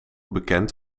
bekend